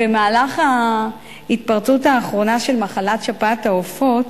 במהלך ההתפרצות האחרונה של מחלת שפעת העופות,